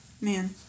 man